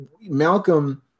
Malcolm